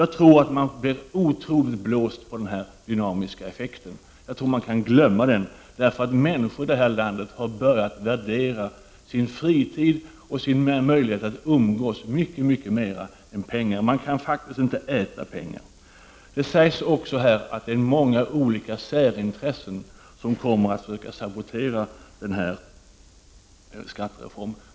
Jag tror således att man blir ”blåst” på den dynamiska effekt man talar om. Den bör man glömma. Människor i detta land har börjat värdera fritid och möjlighet att umgås med varandra mycket mer än pengar. Det går faktiskt inte att äta pengar. Det sägs att många särintressen kommer att sabotera skattereformen.